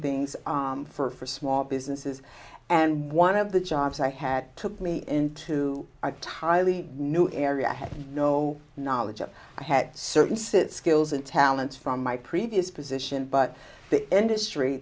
things for small businesses and one of the jobs i had took me into a tiley new area i had no knowledge of i had certain sit skills and talents from my previous position but the industry